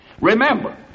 Remember